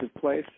place